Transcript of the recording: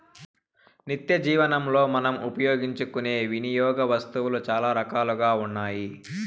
నిత్యజీవనంలో మనం ఉపయోగించుకునే వినియోగ వస్తువులు చాలా రకాలుగా ఉన్నాయి